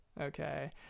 okay